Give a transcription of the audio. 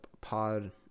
pod